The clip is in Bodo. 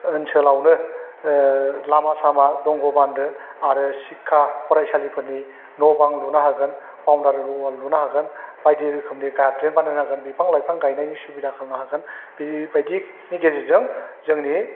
ओनसोलावनो लामा सामा दंग' बान्दो आरो सिख्खा फरायसालिफोरनि न' बां लुना होगोन बाउन्दारि वाल लुना होगोन बायदि रोखोमनि गार्डेन बानायना होगोन बिफां लाइफां गायनायनि सुबिदा खालामना होगोन बेबायदिनि गेजेरजों जोंनि